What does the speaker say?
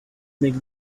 make